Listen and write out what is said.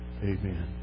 amen